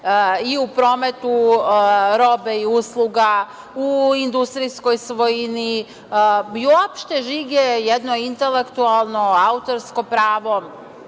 i u prometu robe i usluga, u industrijskoj svojini i uopšte žig je jedno intelektualno, autorsko pravo